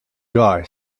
guy